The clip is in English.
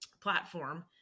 platform